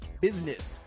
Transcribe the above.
Business